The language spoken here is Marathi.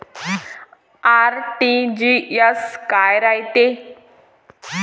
आर.टी.जी.एस काय रायते?